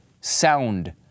sound